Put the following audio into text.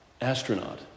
astronaut